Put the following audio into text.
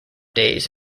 days